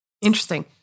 Interesting